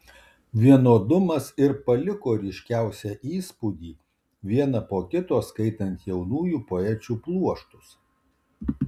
vienodumas ir paliko ryškiausią įspūdį vieną po kito skaitant jaunųjų poečių pluoštus